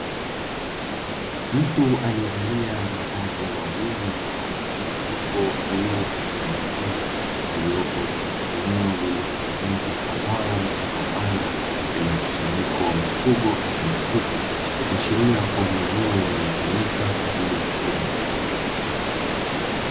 Mtu alievalia mavazi maalumu yenye rangi mchanganyiko bluu, pamoja na nyekundu aliyopo katika eneo lililotengenezwa kwa mbao, aina ya banda lenye mkusanyiko wa mifugo aina ya kuku, ikiashiria kua ni eneo linalotumika kwa ajili ya ufugaji.